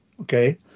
okay